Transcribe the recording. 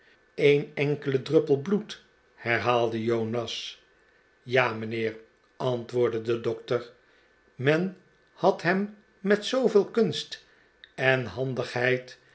een enkele druppel bloed herhaalde jonas ja mijnheer antwoordde de dokter men had hem met zooveel kunst en handigheid